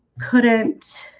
couldn't